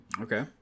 Okay